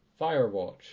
Firewatch